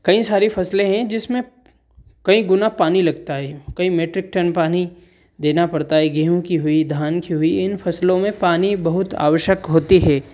कई सारी फ़सलें हैं जिसमें कई गुना पानी लगता है कई मैट्रिक टन पानी देना पड़ता है गेहूँ की हुई धान की हुई इन फ़सलों में पानी बहुत आवश्यक होती है